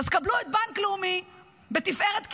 אז קבלו את בנק לאומי בתפארת כיעורו.